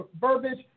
verbiage